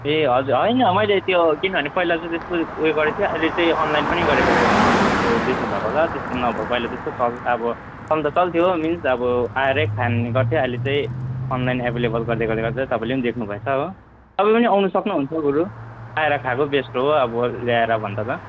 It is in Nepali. ए हजुर होइन मैले त्यो किनभने पहिलाको जस्तो उयो गरेको थियो अहिले चाहिँ अनलाइन पनि गरेकोले त्यस्तो देख्नुभएको होला त्यस्तो अहिले त्यस्तो चल्न त अब चल्न त चल्थ्यो मिन्स अब आएर खाने गर्थ्यो अहिले चाहिँ अनलाइन एभाइलेबल गरिदिएकोले गर्दा तपाईँले पनि देख्नुभएछ हो तपाईँ पनि आउन सक्नुहुन्छ बरू आएर खाएको बेस्ट हो अब ल्याएर भन्दा त